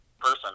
person